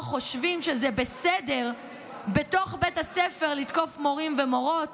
חושבים שזה בסדר בתוך הספר לתקוף מורים ומורות